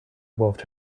wolfed